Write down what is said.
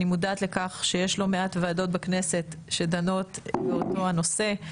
אני מודעת לכך שיש לא מעט ועדות בכנסת שדנות באותו הנושא.